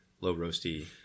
low-roasty